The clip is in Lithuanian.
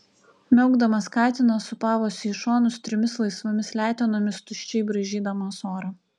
miaukdamas katinas sūpavosi į šonus trimis laisvomis letenomis tuščiai braižydamas orą